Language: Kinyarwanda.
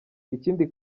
ikindi